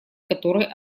который